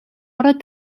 ороод